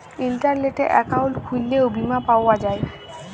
ইলটারলেট account খুইললেও বীমা পাউয়া যায়